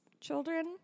children